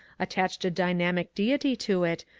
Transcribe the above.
attached a dynamic deity to it,